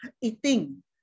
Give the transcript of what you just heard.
eating